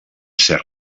ser